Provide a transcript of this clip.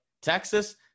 Texas